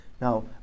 Now